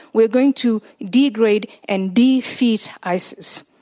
we're going to degrade and defeat isis.